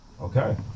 Okay